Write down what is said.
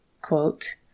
quote